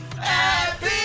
Happy